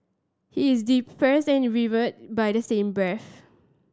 he is and revered by the same breath